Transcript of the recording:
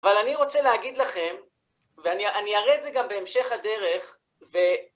אבל אני רוצה להגיד לכם, ואני אראה את זה גם בהמשך הדרך,